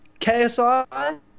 KSI